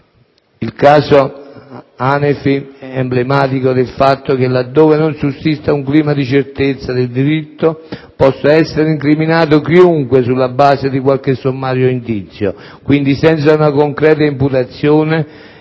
Il caso Hanefi è emblematico del fatto che, laddove non sussista un clima di certezza del diritto, possa essere incriminato chiunque sulla base di qualche sommario indizio, quindi senza una concreta imputazione,